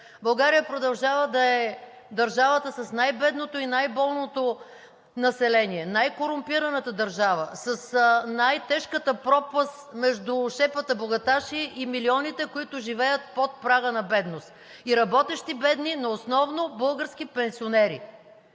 България продължава да е държавата с най-бедното и най-болното население, най корумпираната държава, с най-тежката пропаст между шепата богаташи и милионите, които живеят под прага на бедност и работещи бедни, но основно български пенсионери.